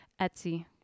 Etsy